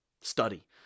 study